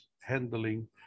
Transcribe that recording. handling